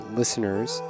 listeners